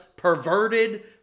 perverted